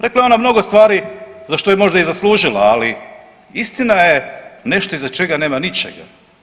Rekla je ona mnogo stvari za što je možda i zaslužila, ali istina je nešto iza čega nema ničega.